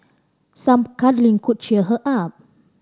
some cuddling could cheer her up